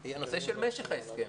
זה הנושא של משך ההסכם.